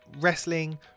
wrestling